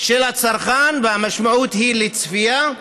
של הצרכן, והמשמעות היא צפייה.